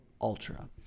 Ultra